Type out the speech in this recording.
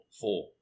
Four